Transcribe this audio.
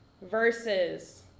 verses